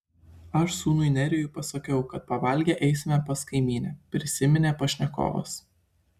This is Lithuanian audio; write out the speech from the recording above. aš sūnui nerijui pasakiau kad pavalgę eisime pas kaimynę prisiminė pašnekovas